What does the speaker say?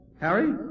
Harry